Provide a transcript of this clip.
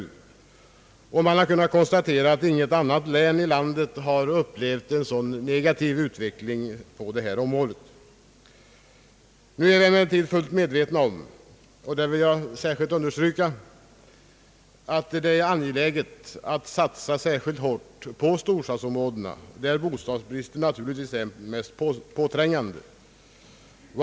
Man har kunnat konstatera att inget annat län i landet har upplevt en så negativ utveckling på detta område. Nu är vi emellertid fullt medvetna om — och det vill jag särskilt understryka — att det är angeläget att satsa särskilt hårt på storstadsområdena där bostadsbristen naturligtvis är mest påträngande.